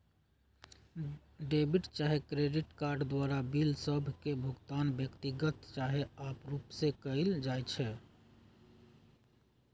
debit चाहे credit card द्वारा bill सभ के भुगतान व्यक्तिगत चाहे आपरुपे कएल जाइ छइ